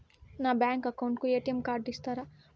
నా bank account కు ATM card ఇస్తారా